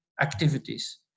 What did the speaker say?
activities